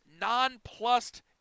nonplussed